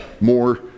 more